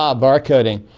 um barcoding.